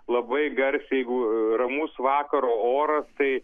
labai garsiai jeigu ramus vakaro oras tai